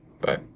Bye